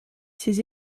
ses